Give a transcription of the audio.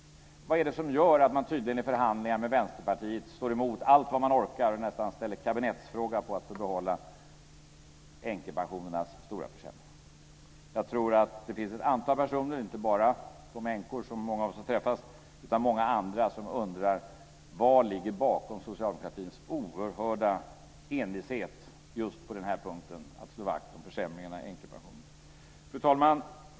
Vad är det som gör att man tydligen i förhandlingar med Vänsterpartiet står emot allt vad man orkar och nästan ställer kabinettsfråga på att få behålla änkepensionernas stora försämring? Jag tror att det finns ett antal personer, inte bara de änkor som många av oss har träffat utan många andra, som undrar vad som ligger bakom socialdemokratins oerhörda envishet just på den här punkten i fråga om att slå vakt om försämringarna i änkepensionerna. Fru talman!